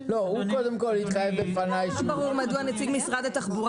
של -- לא ברור מדוע נציג משרד התחבורה